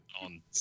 On